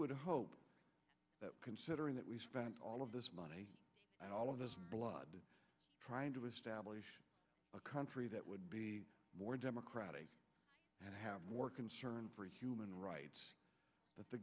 would hope that considering that we spent all of money and all of the blood trying to establish a country that would be more democratic and have work concern for human rights that the